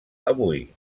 avui